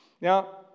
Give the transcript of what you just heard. Now